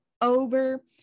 over